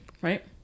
right